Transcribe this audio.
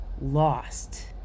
lost